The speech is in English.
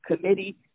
committee